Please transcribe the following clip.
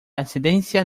ascendencia